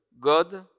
God